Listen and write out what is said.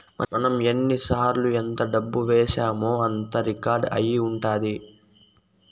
మనం ఎన్నిసార్లు ఎంత డబ్బు వేశామో అంతా రికార్డ్ అయి ఉంటది